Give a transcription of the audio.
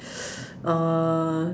uh